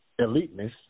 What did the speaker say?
eliteness